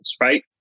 right